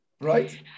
right